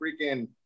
freaking